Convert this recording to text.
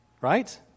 right